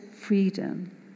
freedom